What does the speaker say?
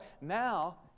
Now